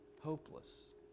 hopeless